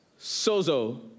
sozo